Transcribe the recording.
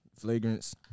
flagrants